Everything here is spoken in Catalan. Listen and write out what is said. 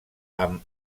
amb